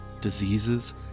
diseases